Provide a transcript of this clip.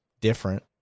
different